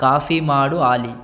coffee ಮಾಡು ಆಲಿ